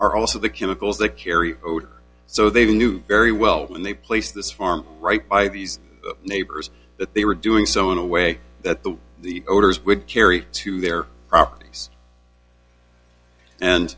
are also the chemicals that carry odor so they knew very well when they placed this farm right by these neighbors that they were doing so in a way that the the owners would carry to their properties and